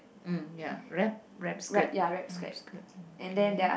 mm ya wrap wrap skirt wrap skirt okay